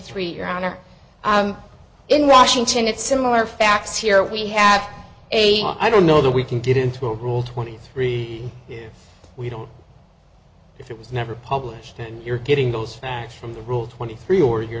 three your honor in washington it's similar facts here we have a i don't know that we can get into rule twenty three here we don't if it was never published and you're getting those facts from the rule twenty three or you're